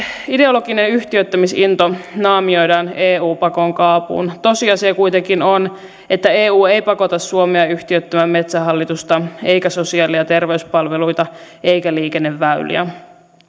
ideologinen yhtiöittämisinto naamioidaan eu pakon kaapuun tosiasia kuitenkin on että eu ei pakota suomea yhtiöittämään metsähallitusta eikä sosiaali ja terveyspalveluita eikä liikenneväyliä